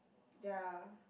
ya